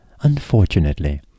Unfortunately